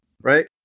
right